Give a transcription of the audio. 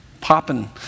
popping